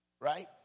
Right